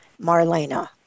Marlena